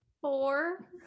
four